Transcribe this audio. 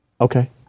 Okay